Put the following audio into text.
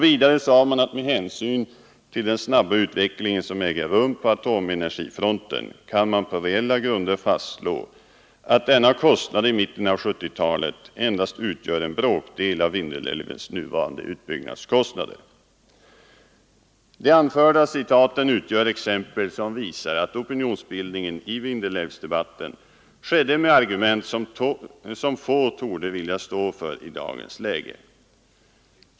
Vidare anförde man att ”med hänsyn till den snabba utvecklingen som äger rum på atomenergifronten kan man på reella grunder fastslå att denna kostnad i mitten av 1970-talet endast utgör en bråkdel av Vindelälvens nuvarande utbyggnadskostnader”. De anförda citaten utgör exempel som visar att opinionsbildningen i Vindelälvsdebatten skedde med argument som få torde vilja stå för i dagens läge.